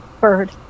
bird